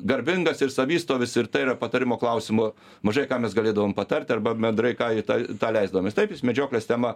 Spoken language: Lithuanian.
garbingas ir savistovis ir tai yra patarimo klausimo mažai ką mes galėdavom patart arba bendrai ką į ta tą leisdavomės taip jis medžioklės tema